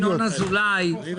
הוא ברח.